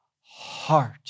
heart